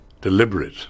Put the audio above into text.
Deliberate